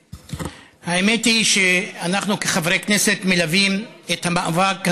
האמת היא שאנחנו כחברי כנסת מלווים את המאבק ההירואי,